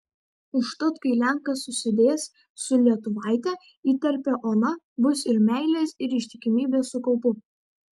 užtat kai lenkas susidės su lietuvaite įterpia ona bus ir meilės ir ištikimybės su kaupu